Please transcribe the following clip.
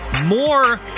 more